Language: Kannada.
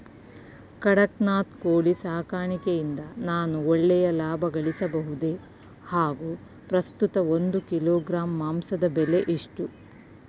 ಕಡಕ್ನಾತ್ ಕೋಳಿ ಸಾಕಾಣಿಕೆಯಿಂದ ನಾನು ಒಳ್ಳೆಯ ಲಾಭಗಳಿಸಬಹುದೇ ಹಾಗು ಪ್ರಸ್ತುತ ಒಂದು ಕಿಲೋಗ್ರಾಂ ಮಾಂಸದ ಬೆಲೆ ಎಷ್ಟು?